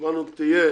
אמרנו שיהיה